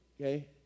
okay